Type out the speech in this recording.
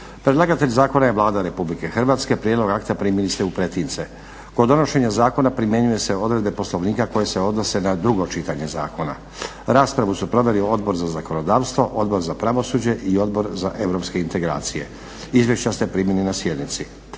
Predlagatelj zakona je Vlada Republike Hrvatske. Prijedlog akta zakona primili ste u pretince. Kod donošenja zakona primjenjuju se odredbe Poslovnika koje se odnose na drugo čitanje zakona. Raspravu su proveli Odbor za zakonodavstvo, Odbor za pravosuđe i Odbor za europske integracije. Izvješća ste primili na sjednici.